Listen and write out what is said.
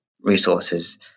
resources